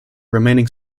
remaining